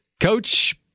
Coach